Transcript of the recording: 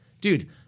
Dude